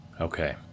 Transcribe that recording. Okay